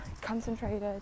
concentrated